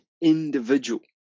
individual